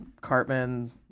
Cartman